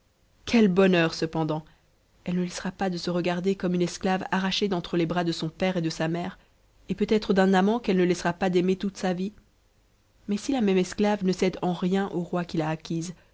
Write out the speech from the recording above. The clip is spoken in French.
quel bonheur cependant elle ne hussera pas de se rcu comme une esclave arrachée d'entre les bras de son père et de sa mn et peut-être d'un amant qu'c e ne laissera pas d'aimer toute sa vie t si la même esclave ne cède en rien au roi qui l'a acquise